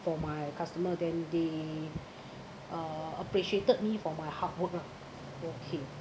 for my customer daily day uh appreciated me for my hard work ah okay